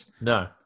No